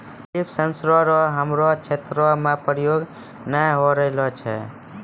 लिफ sensor रो हमरो क्षेत्र मे प्रयोग नै होए रहलो छै